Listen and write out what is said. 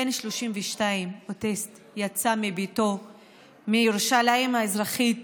בן 32, אוטיסט, יצא מביתו בירושלים המזרחית